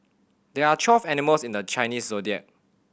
there are twelve animals in the Chinese Zodiac